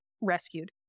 rescued